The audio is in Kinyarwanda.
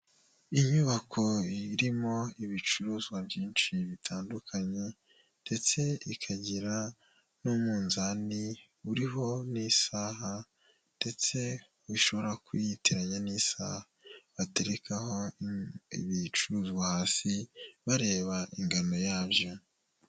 Inyubako irimo ibicuruzwa byinshi bitandukanye ndetse ikagira n'umuzani, uriho n'isaha ndetse ushobora kuyitiranya n'isaha, baterekaho ibicuruzwa hasi bareba ingano yabyo.